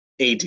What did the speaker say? AD